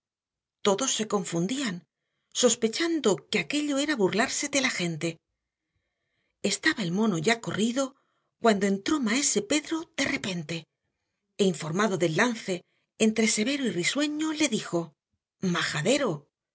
todos se confundían sospechando que aquello era burlarse de la gente estaba el mono ya corrido cuando entró maese pedro de repente e informado del lance entre severo y risueño le dijo majadero